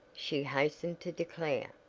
she hastened to declare,